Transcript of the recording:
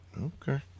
Okay